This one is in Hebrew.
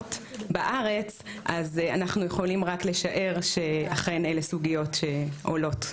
בארץ אנחנו יכולים רק לשער שאכן אלה סוגיות שעולות.